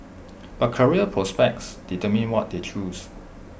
but career prospects determined what they choose